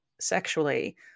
sexually